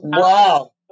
wow